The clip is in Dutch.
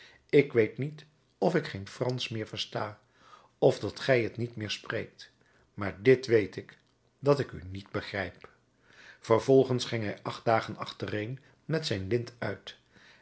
ik weet niet of ik geen fransch meer versta of dat gij t niet meer spreekt maar dit weet ik dat ik u niet begrijp vervolgens ging hij acht dagen achtereen met zijn lint uit